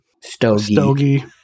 stogie